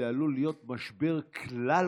זה עלול להיות משבר כלל-עולמי.